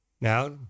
Now